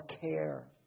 care